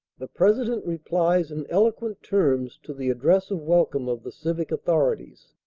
the president replies in eloquent terms to the address of welcome of the civic authorities.